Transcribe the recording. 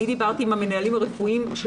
דיברתי בשבוע שעבר עם המנהלים הרפואיים של